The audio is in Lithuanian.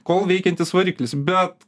kol veikiantis variklis bet